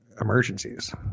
emergencies